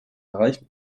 erreichen